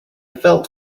felt